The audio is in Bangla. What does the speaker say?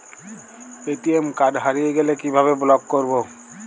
এ.টি.এম কার্ড হারিয়ে গেলে কিভাবে ব্লক করবো?